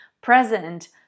present